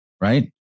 right